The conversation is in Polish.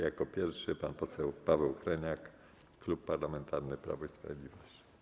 Jako pierwszy pan poseł Paweł Hreniak, Klub Parlamentarny Prawo i Sprawiedliwość.